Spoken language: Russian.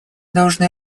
должны